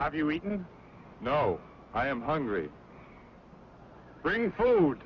have you eaten no i am hungry bring food